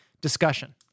discussion